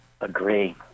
Agree